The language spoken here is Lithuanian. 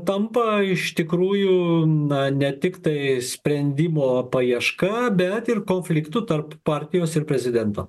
tampa iš tikrųjų na ne tiktai sprendimo paieška bet ir konfliktu tarp partijos ir prezidento